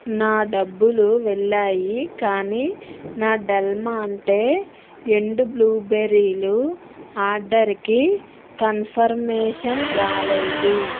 నా డబ్బులు వెళ్ళాయి కానీ నా డెల్మాంటే ఎండు బ్లూబెరీలు ఆర్డర్కి కన్ఫర్మేషన్ రాలేదు